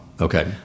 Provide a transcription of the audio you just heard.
okay